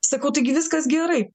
sakau taigi viskas gerai